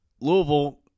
Louisville